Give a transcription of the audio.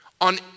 on